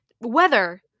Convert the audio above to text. weather